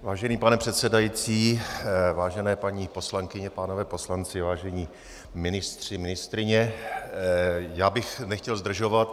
Vážený pane předsedající, vážené paní poslankyně, pánové poslanci, vážení ministři, ministryně, já bych nechtěl zdržovat.